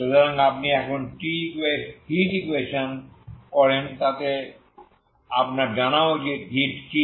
সুতরাং আপনি এখন হিট ইকুয়েশন করেন তাই আপনার জানা উচিত হিট কি